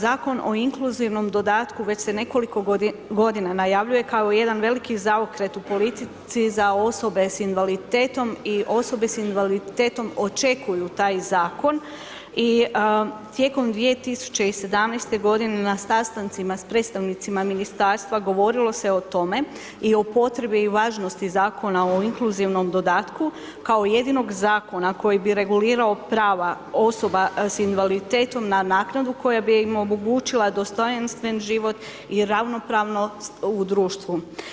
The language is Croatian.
Zakon o inkluzivnom dodatku već se nekoliko godina najavljuje kao jedan veliki zaokret u politici za osobe sa invaliditetom i osobe sa invaliditetom očekuju taj zakon i tijekom 2017. g. na sastancima sa predstavnicima ministarstva, govorilo se o tome i o potrebi važnosti Zakona o inkluzivnom dodatku kao jedinog zakona koji bi regulirao prava osoba sa invaliditetom na naknadu koja bi im omogućila dostojanstven život i ravnopravnost u društvu.